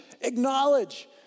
acknowledge